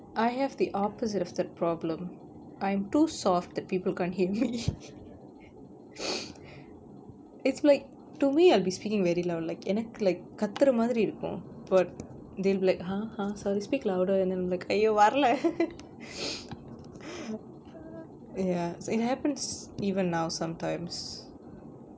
I have the opposite of that problem I'm too soft that people can't hear me it's like to me I'll be speaking very loud like and எனக்கு:enakku like கத்துற மாரி இருக்கும்:kathura maari irukkum but they'll be like !huh! !huh! sorry speak louder then I'm like !aiyo! வரல:varala ya so it happens even now sometimes